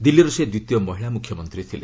ଦିଲ୍ଲୀର ସେ ଦ୍ୱିତୀୟ ମହିଳା ମ୍ରଖ୍ୟମନ୍ତ୍ରୀ ଥିଲେ